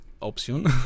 option